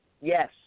Yes